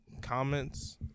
comments